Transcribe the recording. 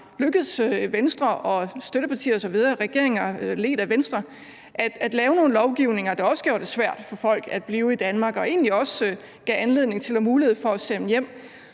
ledt af Venstre og støttepartier at lave nogle lovgivninger, der også gjorde det svært for folk at blive i Danmark og egentlig også gav anledning til og mulighed